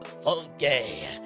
Funky